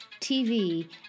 TV